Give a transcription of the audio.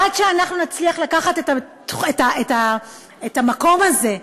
עד שאנחנו נצליח לקחת את המקום הזה,